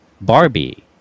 Barbie